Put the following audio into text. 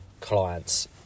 clients